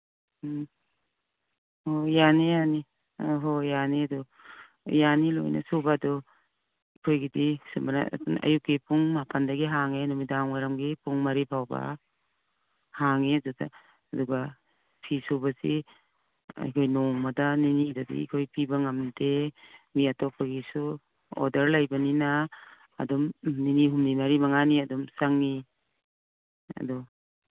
ꯎꯝ ꯑꯣ ꯌꯥꯅꯤ ꯌꯥꯅꯤ ꯑ ꯍꯣꯏ ꯌꯥꯅꯤ ꯑꯗꯨ ꯌꯥꯅꯤ ꯂꯣꯏꯅ ꯁꯨꯕ ꯑꯗꯨ ꯑꯩꯈꯣꯏꯒꯤꯗꯤ ꯑꯌꯨꯛꯀꯤ ꯄꯨꯡ ꯃꯥꯄꯟꯗꯒꯤ ꯍꯥꯡꯉꯦ ꯅꯨꯃꯤꯗꯥꯡꯋꯥꯏꯔꯝꯒꯤ ꯄꯨꯡ ꯃꯔꯤ ꯐꯥꯎꯕ ꯍꯥꯡꯉꯤ ꯑꯗꯨꯗ ꯑꯗꯨꯒ ꯐꯤ ꯁꯨꯕꯁꯤ ꯑꯩꯈꯣꯏ ꯅꯣꯡꯃꯗ ꯅꯤꯅꯤꯗꯗꯤ ꯑꯩꯈꯣꯏ ꯄꯤꯕ ꯉꯝꯗꯦ ꯃꯤ ꯑꯇꯣꯞꯄꯒꯤꯁꯨ ꯑꯣꯗꯔ ꯂꯩꯕꯅꯤꯅ ꯑꯗꯨꯝ ꯅꯤꯅꯤ ꯍꯨꯝꯅꯤ ꯃꯔꯤ ꯃꯉꯥꯅꯤ ꯑꯗꯨꯝ ꯆꯪꯉꯤ ꯑꯗꯨ